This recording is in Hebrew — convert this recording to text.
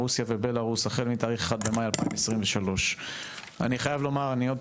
רוסיה ובלארוס החל מתאריך 1 במאי 2023. יושבים